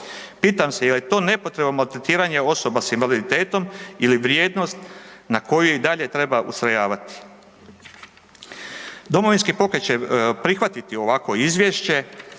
Pitam se je li to nepotrebno maltretiranje osoba s invaliditetom ili vrijednost na koju i dalje treba ustrojavati? Domovinski pokret će prihvatiti ovakvo izvješće